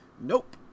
Nope